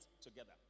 together